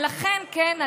ולכן כן,